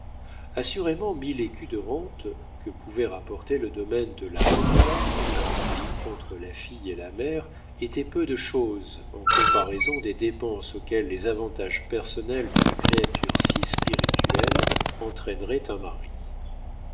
assurément mille écus de rentes que pouvait rapporter le domaine de la hautoy indivis entre la fille et la mère étaient peu de chose en comparaison des dépenses auxquelles les avantages personnels d'une créature si spirituelle entraînerait un mari